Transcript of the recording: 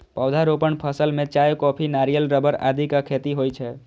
पौधारोपण फसल मे चाय, कॉफी, नारियल, रबड़ आदिक खेती होइ छै